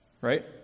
Right